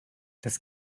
das